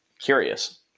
Curious